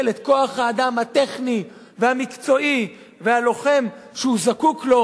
את כוח-האדם הטכני והמקצועי והלוחם שהוא זקוק לו,